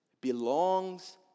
belongs